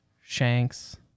Shanks